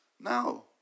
No